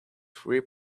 three